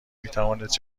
میتوانست